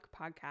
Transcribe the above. podcast